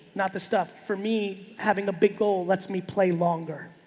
not the stuff. for me, having a big goal lets me play longer.